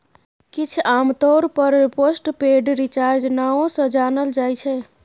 किछ आमतौर पर पोस्ट पेड रिचार्ज नाओ सँ जानल जाइ छै